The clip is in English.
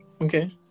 Okay